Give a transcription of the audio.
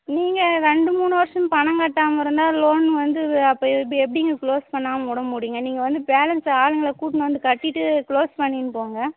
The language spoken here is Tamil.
நீங்கள் ரெண்டு மூணு வருஷம் பணம் கட்டாமல் இருந்தால் லோனு வந்து அப்போ இப்போ எப்படிங்க க்ளோஸ் பண்ணாமல் விடமுடியுங்க நீங்கள் வந்து பேலன்ஸ் ஆளுங்களை கூட்டினு வந்து கட்டிவிட்டு க்ளோஸ் பண்ணின்னு போங்க